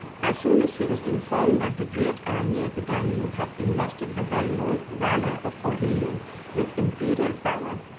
as soon as he was informed that the great army of the danube had invested the well-known valor of aurelian with imperial power,